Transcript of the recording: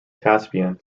caspian